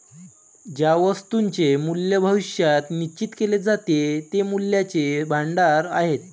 ज्या वस्तूंचे मूल्य भविष्यात निश्चित केले जाते ते मूल्याचे भांडार आहेत